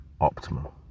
optimal